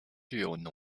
具有